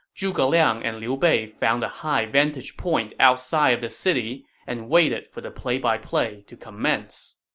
zhuge liang and liu bei found a high vantage point outside of the city and waited for the play-by-play to commence